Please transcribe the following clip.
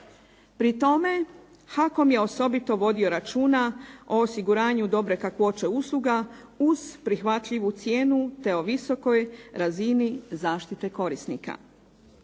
Pri tome HAKOM je osobito vodio računa o osiguranju dobre kakvoće usluga uz prihvatljivu cijenu te o visokoj razini zaštite korisnika.